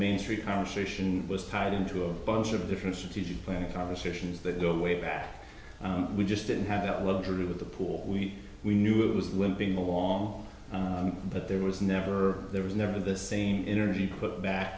main street conversation was tied into a bunch of different strategic planning conversations that go way back we just didn't have the luxury of the pool we we knew it was limping along but there was never there was never the same energy put back